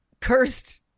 cursed